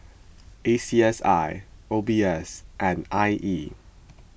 A C S I O B S and I E